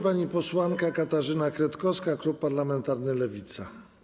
Pani posłanka Katarzyna Kretkowska, klub parlamentarny Lewica.